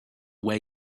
way